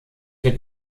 wird